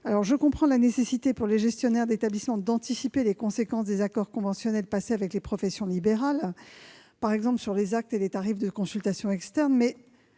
santé. Je comprends la nécessité pour les gestionnaires d'établissements d'anticiper les conséquences des accords conventionnels passés avec les professions libérales, par exemple sur les actes et les tarifs des consultations externes.